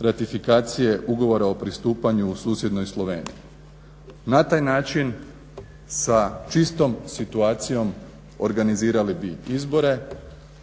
ratifikacije ugovora o pristupanju u susjednoj Sloveniji. Na taj način sa čistom situacijom organizirali bi izbore